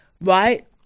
Right